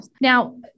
Now